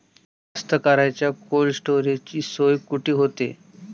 कास्तकाराइच्या कोल्ड स्टोरेजची सोय कुटी होते?